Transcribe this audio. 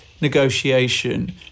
negotiation